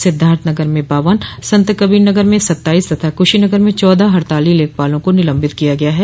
सिद्धार्थनगर में बावन संतकबीर नगर में सत्ताईस तथा कुशीनगर में चौदह हड़ताली लेखपालों को निलम्बित किया गया हैं